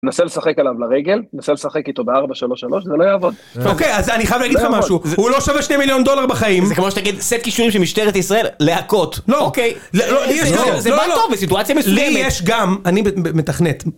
נסה לשחק עליו לרגל, נסה לשחק איתו בארבע שלוש שלוש זה לא יעבוד. אוקיי אז אני חייב להגיד לך משהו, הוא לא שווה שני מיליון דולר בחיים. זה כמו שאתה אגיד סט כישורים של משטרת ישראל, להקות. לא. אוקיי. לא, לא, לא. זה בא טוב בסיטואציה מסוימת. לי יש גם, אני מתכנת.